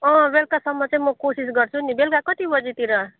अँ बेलुकासम्म चाहिँ म कोसिस गर्छु नि बेलुका कति बजीतिर